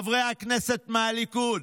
חברי הכנסת מהליכוד,